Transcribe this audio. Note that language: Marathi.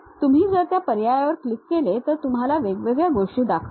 तुम्ही जर त्या पर्यायावर क्लिक केले तर ते तुम्हाला वेगवेगळ्या गोष्टी दाखवते